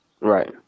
Right